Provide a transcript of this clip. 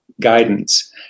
guidance